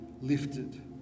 lifted